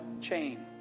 chain